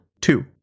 two